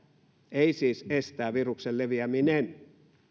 ei siis estää viruksen leviäminen